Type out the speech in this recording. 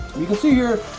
you can see here,